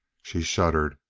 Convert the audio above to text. she shuddered.